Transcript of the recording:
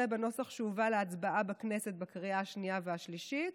בנוסח שהובא להצבעה בכנסת בקריאה השנייה והשלישית,